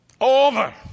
over